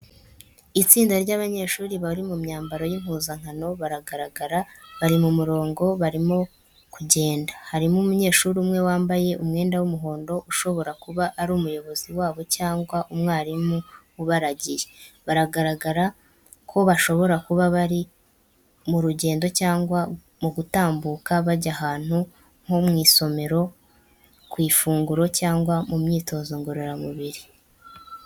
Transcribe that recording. Itsinda ry’abanyeshuri bari mu myambaro y'impuzankano bagaragara bari mu murongo barimo kugenda. Hariho umunyeshuri umwe wambaye umwenda w’umuhondo ushobora kuba ari umuyobozi w’abandi cyangwa umwarimu ubaragiye. Bigaragara ko bashobora kuba bari mu rugendo cyangwa mu gutambuka bajya ahantu, nko kujya mu isomero, ku ifunguro, cyangwa mu myitozo ngororamubiri.